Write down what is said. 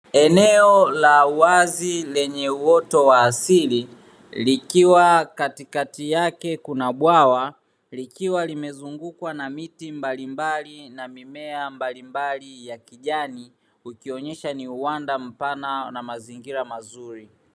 Eneo la wazi lenye uoto wa asili likiwa katikati yake kuna bwawa. Likiwa limezungukwa na miti mbalimbali na mimea mbalimbali ya kijani, ikionyesha ni uwanda mpana na mazingira mazuri.